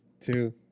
two